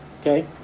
Okay